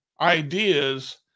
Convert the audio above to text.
ideas